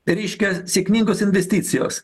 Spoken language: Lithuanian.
reiškia sėkmingos investicijos